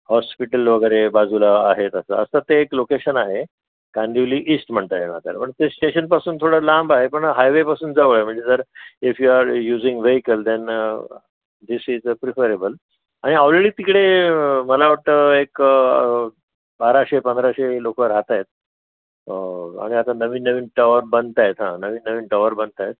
hospital वगैरे बाजूला आहेत असं आता ते एक लोकेशन आहे कांदिवली ईष्ट म्हणता येणार त्याला पण ते स्टेशनपासून थोडं लांब आहे पण हायवेपसून जवळ आहे म्हणजे जर if you are using vehicle then this is the preferable आणि ऑलरेडी तिकडे मला वाटतं एक बाराशे पंधराशे लोकं राहात आहेत आणि आता नवीननवीन टॉवर बनत आहेत हां नवीननवीन टॉवर बनत आहेत